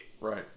Right